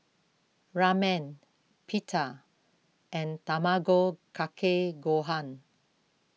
Ramen Pita and Tamago Kake Gohan